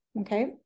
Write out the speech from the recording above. okay